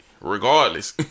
Regardless